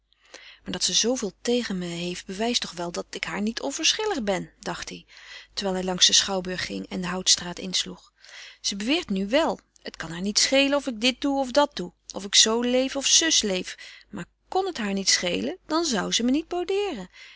maar dat ze zooveel tegen me heeft bewijst toch wel dat ik haar niet onverschillig ben dacht hij terwijl hij langs den schouwburg ging en de houtstraat insloeg ze beweert nu wel het kan haar niet schelen of ik dit doe of dat doe of ik zoo leef of zus leef maar kn het haar niet schelen dan zou ze me niet